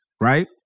right